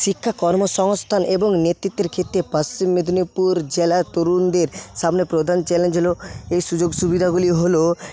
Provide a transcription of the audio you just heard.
শিক্ষা কর্মসংস্থান এবং নেতৃত্বের ক্ষেত্রে পশ্চিম মেদিনীপুর জেলার তরুণদের সামনে প্রধান চ্যালেঞ্জ হল এই সুযোগসুবিধাগুলি হল